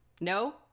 No